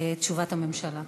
תשובת הממשלה.